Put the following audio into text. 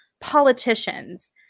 politicians